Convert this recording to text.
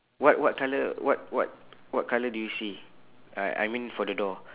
what what colour what what what colour do you see I I mean for the door